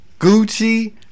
Gucci